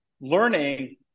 learning